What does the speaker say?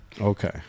Okay